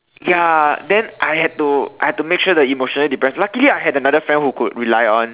ya then I had to I had to make sure the emotionally depressed luckily I had another friend who could rely on